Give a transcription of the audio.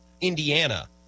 Indiana